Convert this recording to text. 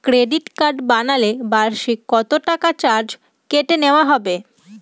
Credit card বানালে বার্ষিক কত টাকা চার্জ কেটে নেওয়া হবে?